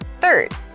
Third